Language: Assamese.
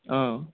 অঁ